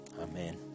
Amen